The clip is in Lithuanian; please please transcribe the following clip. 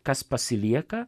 kas pasilieka